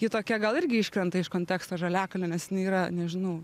ji tokia gal irgi iškrenta iš konteksto žaliakalnio nes jinai yra nežinau